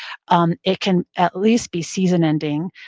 um it can at least be season-ending.